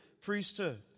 priesthood